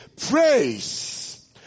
Praise